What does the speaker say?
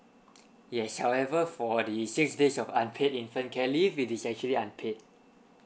yes however for the six days of unpaid infant care leave it is actually unpaid